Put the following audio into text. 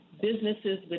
businesses